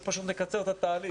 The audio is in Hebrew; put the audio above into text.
פשוט נקצר את התהליך.